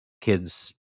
kids